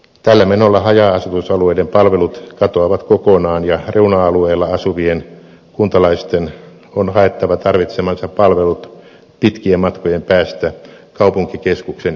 tällä menolla haja asutusalueiden palvelut katoavat kokonaan ja reuna alueilla asuvien kuntalaisten on haettava tarvitsemansa palvelut pitkien matkojen päästä kaupunkikeskuksen ytimestä